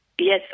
Yes